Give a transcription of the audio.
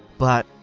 but,